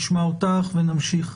נשמע אותך ונמשיך.